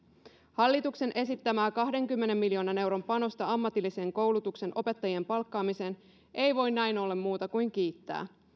hallituksen esittämää kahdenkymmenen miljoonan euron panosta ammatillisen koulutuksen opettajien palkkaamiseen ei voi näin ollen muuta kuin kiittää